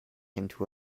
into